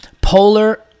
polar